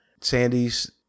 Sandy's